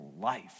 life